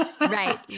Right